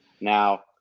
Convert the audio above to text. Now